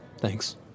Thanks